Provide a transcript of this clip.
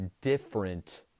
different